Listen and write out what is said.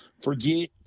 Forget